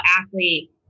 athlete